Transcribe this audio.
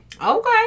okay